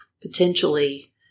potentially